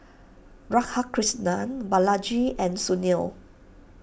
Radhakrishnan Balaji and Sunil